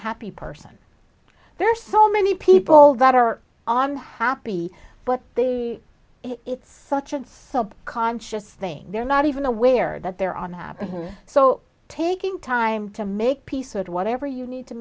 happy person there are so many people that are on happy but they it's such a subconscious thing they're not even aware that they're on have so taking time to make peace or whatever you